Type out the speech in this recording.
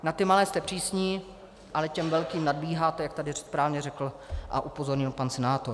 Na ty malé jste přísní, ale těm velkým nadbíháte, jak tady správně řekl a upozornil pan senátor.